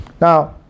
Now